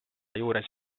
juures